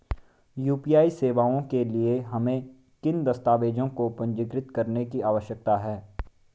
UPI सेवाओं के लिए हमें किन दस्तावेज़ों को पंजीकृत करने की आवश्यकता है?